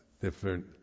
different